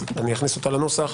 אז אכניס אותה לנוסח.